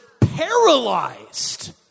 paralyzed